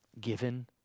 given